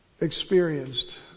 experienced